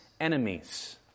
enemies